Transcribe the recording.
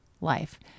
life